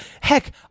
Heck